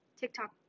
TikTok